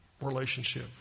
relationship